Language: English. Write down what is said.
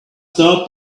start